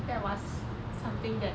that was something that